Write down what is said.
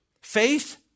Faith